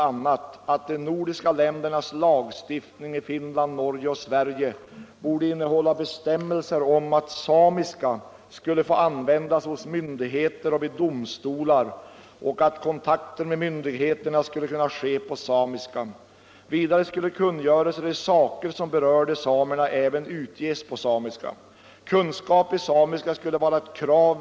Det är ett citat ur ett anförande hållet vid Nordiska rådets 20:e session 1972, och det handlar om en konferens i Gällivare vilken gällde de nordiska samernas kulturpolitiska program.